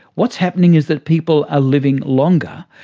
what's happening is that people are living longer,